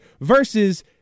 versus